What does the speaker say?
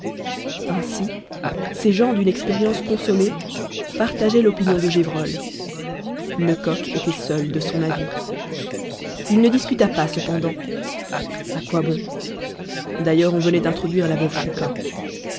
ainsi ces gens d'une expérience consommée partageaient l'opinion de gévrol lecoq était seul de son avis il ne discuta pas cependant à quoi bon d'ailleurs on venait d'introduire la veuve chupin